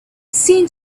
seemed